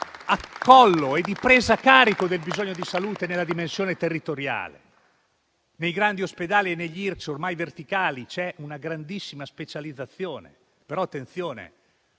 e presa a carico del bisogno di salute nella dimensione territoriale. Nei grandi ospedali e negli IRCCS ormai verticali c'è una grandissima specializzazione. Attenzione